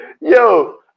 yo